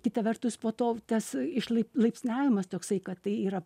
kita vertus po to tas išlaipsniavimas toksai kad tai yra